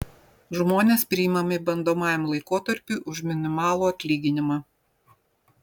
žmonės priimami bandomajam laikotarpiui už minimalų atlyginimą